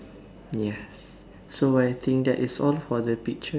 yes so I think that is all for that picture